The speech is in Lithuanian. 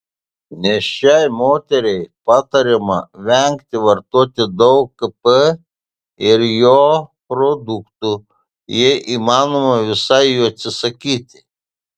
nėščiai moteriai patariama vengti vartoti daug kp ir jo produktų jei įmanoma visai jų atsisakyti